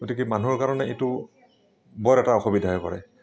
গতিকে মানুহৰ কাৰণে এইটো বৰ অসুবিধা হৈ পৰে